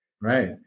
Right